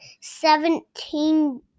seventeen